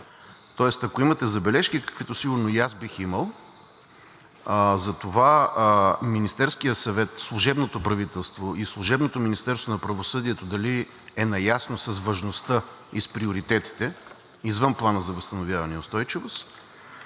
тоест ако имате забележки, каквито сигурно и аз бих имал, за това Министерският съвет, служебното правителство и служебното Министерство на правосъдието дали са наясно с важността и с приоритетите извън Плана за възстановяване и устойчивост,